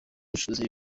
acuruza